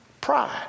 pride